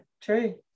true